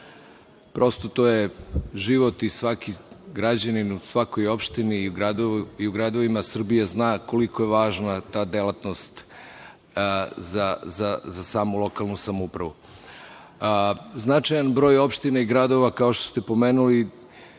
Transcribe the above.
Prosto, to je život i svaki građanin u svakoj opštini i u gradovima Srbije zna koliko je važna ta delatnost za samu lokalnu samoupravu. Značajan broj opština i gradova, kao što ste pomenuli,